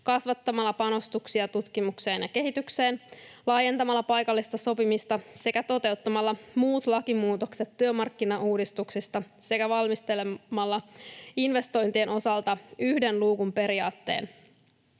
kasvattamalla panostuksia tutkimukseen ja kehitykseen, laajentamalla paikallista sopimista ja toteuttamalla muut lakimuutokset työmarkkinauudistuksesta sekä valmistelemalla investointien osalta yhden luukun periaatteen,